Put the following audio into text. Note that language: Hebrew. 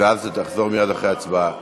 ואז תחזור, מייד אחרי ההצבעה.